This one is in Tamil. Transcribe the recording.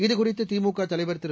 இதுகுறித்து திமுக தலைவர் திரு